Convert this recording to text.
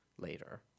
later